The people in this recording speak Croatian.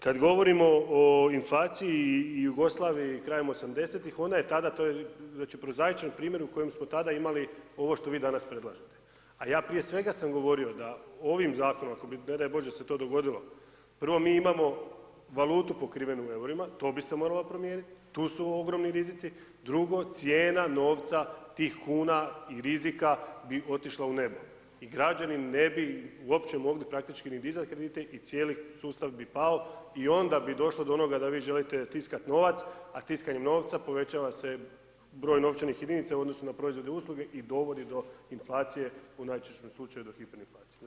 Kad govorimo o inflaciji i Jugoslaviji krajem 80-ih, ona je tada, to je već i prozaičan primjer u kojem smo tada imali ovo što vi danas predlažete a ja prije svega sam govorio da ovim zakonom ako bi ne daj boće se to dogodilo, prvo mi imamo valutu pokrivenu eurima, to bi se moralo promijeniti, tu su ogromni rizici, drugo, cijena novca tih kuna i rizika bi otišla u nebo i građani ne bi uopće mogli praktički ni dizat kredite i cijeli sustav bi pao i onda bi došlo do onoga da vi želite tiskati novac a tiskanjem novca povećava se broj novčanih jedinica u odnosu na proizvodne usluge i dovodi do inflacije u najčešćem slučaju do hiperinflacije.